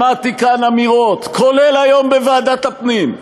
שמעתי כאן אמירות, כולל היום בוועדת הפנים: